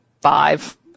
five